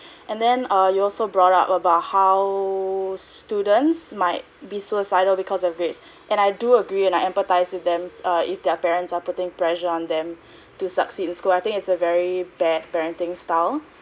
and then err you also brought up about how students might be suicidal because of grades and I do agree and I empathise with them err if their parents are putting pressure on them to succeed in school I think it's a very bad parenting style